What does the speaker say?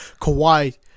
Kawhi